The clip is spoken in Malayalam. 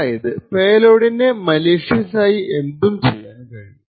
അതായതു പേലോഡിനെ മലീഷ്യസ് ആയി എന്തും ചെയ്യാൻ കഴിയും